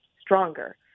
stronger